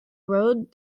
road